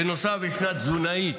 בנוסף, יש תזונאית,